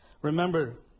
Remember